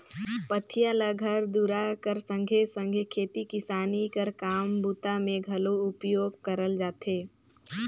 पथिया ल घर दूरा कर संघे सघे खेती किसानी कर काम बूता मे घलो उपयोग करल जाथे